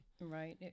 Right